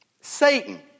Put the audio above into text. Satan